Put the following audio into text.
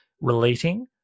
relating